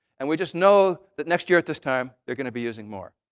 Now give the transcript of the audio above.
and we just know that next year at this time, they're going to be using more.